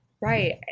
Right